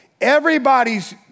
everybody's